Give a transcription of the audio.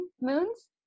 moons